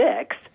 six